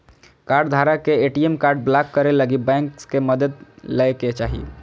कार्डधारक के ATM card block करे लगी बैंक के मदद लय के चाही